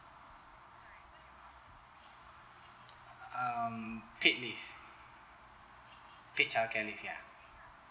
um paid leave paid childcare leave ya